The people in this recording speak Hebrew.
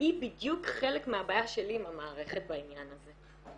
היא בדיוק חלק מהבעיה שלי עם המערכת בעניין הזה.